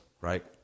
right